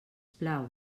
plau